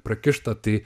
prakišta tai